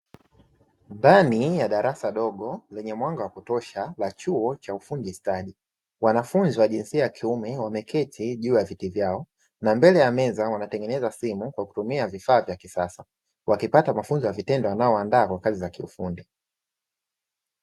Ndani ya darasa dogo lenye mwanga wa kutosha la chuo cha ufundi stadi, wanafunzi wa jinsia ya kiume wameketi juu ya viti vyao na mbele ya meza wanatengeneza simu kwa kutumia vifaa vya kisasa, wakipata mafunzo ya vitendo yanayowaandaa kwa kazi za kiufundi.